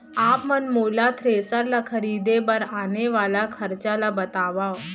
आप मन मोला थ्रेसर ल खरीदे बर आने वाला खरचा ल बतावव?